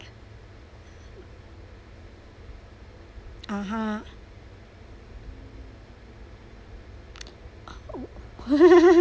(uh huh)